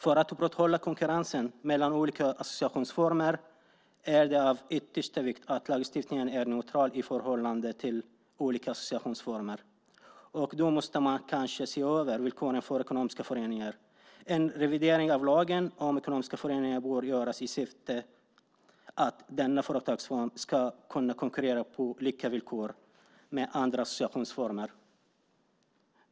För att upprätthålla konkurrensen mellan olika associationsformer är det av yttersta vikt att lagstiftningen är neutral i förhållande till olika associationsformer. Då måste man kanske se över villkoren för ekonomiska föreningar. En revidering av lagen om ekonomiska föreningar bör göras i syfte att låta denna företagsform konkurrera på lika villkor med andra associationsformer.